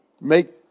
make